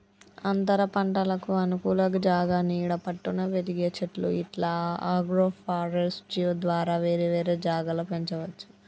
అంతరపంటలకు అనుకూల జాగా నీడ పట్టున పెరిగే చెట్లు ఇట్లా అగ్రోఫారెస్ట్య్ ద్వారా వేరే వేరే జాగల పెంచవచ్చు